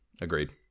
Agreed